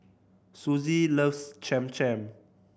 Suzie loves Cham Cham